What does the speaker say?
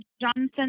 Johnson